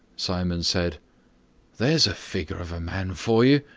simon said there's a figure of a man for you!